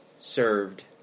served